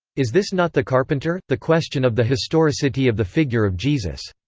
is this not the carpenter? the question of the historicity of the figure of jesus.